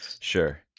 sure